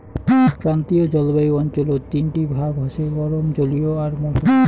ক্রান্তীয় জলবায়ু অঞ্চলত তিনটি ভাগ হসে গরম, জলীয় আর মৌসুমী